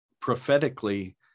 prophetically